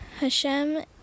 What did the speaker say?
Hashem